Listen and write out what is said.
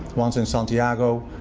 one's in santiago.